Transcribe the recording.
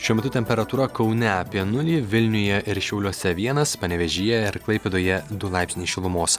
šiuo metu temperatūra kaune apie nulį vilniuje ir šiauliuose vienas panevėžyje ir klaipėdoje du laipsniai šilumos